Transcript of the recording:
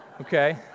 okay